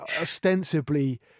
ostensibly